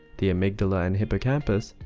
the amygdala and hippocampus,